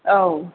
औ